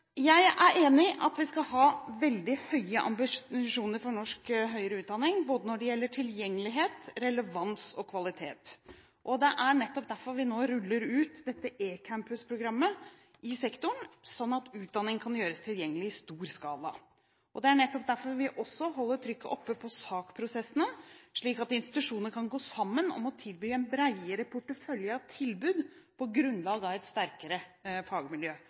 Jeg er enig i at vi skal ha veldig høye ambisjoner for norsk høyere utdanning når det gjelder både tilgjengelighet, relevans og kvalitet. Nettopp derfor ruller vi nå ut eCampusprogrammet i sektoren, slik at utdanning kan gjøres tilgjengelig i stor skala. Nettopp derfor holder vi trykket oppe på SAK-prosessene, slik at institusjoner kan gå sammen om å tilby en bredere portefølje av tilbud, på grunnlag av et sterkere fagmiljø.